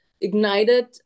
ignited